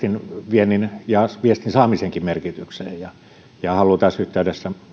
viennin ja viestin saamisenkin merkityksestä haluan nyt tässä yhteydessä